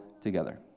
together